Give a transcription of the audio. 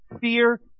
fear